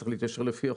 צריך להתיישר לפי החוק.